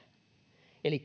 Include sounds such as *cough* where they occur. eli *unintelligible*